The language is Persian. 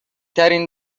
ترین